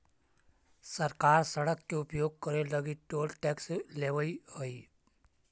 सरकार सड़क के उपयोग करे लगी टोल टैक्स लेवऽ हई